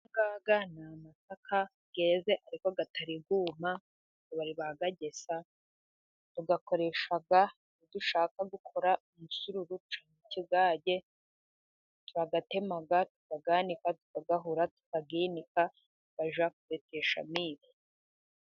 Ayangaya ni amasaka yeze ariko atariyumari ntibaribayagesa, tuyakoresha dushaka gukora umusururu cyangwa ikigage. Turayatema, tukayanika, tukayahura, tukabetesha ifu.